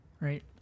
Right